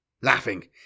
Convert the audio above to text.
Laughing